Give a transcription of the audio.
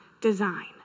design